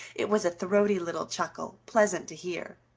it was a throaty little chuckle, pleasant to hear.